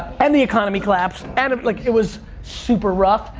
and the economy collapsed, and, like, it was super rough,